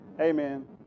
Amen